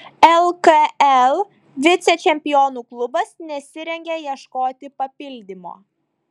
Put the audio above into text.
lkl vicečempionų klubas nesirengia ieškoti papildymo